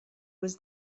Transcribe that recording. was